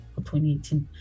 2018